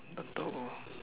tak tahu